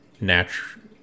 natural